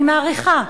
אני מעריכה,